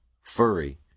Furry